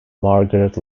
margaret